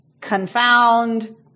Confound